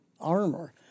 armor